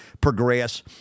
progress